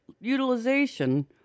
utilization